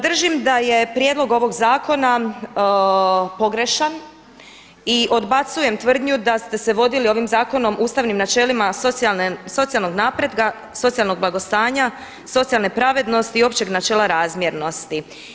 Držim da je prijedlog ovoga zakona pogrešan i odbacujem tvrdnju da ste se vodili ovim zakonom ustavnim načelima socijalnog napretka, socijalnog blagostanja, socijalne pravednosti i općeg načela razmjernosti.